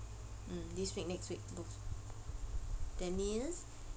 mm this week next week both that means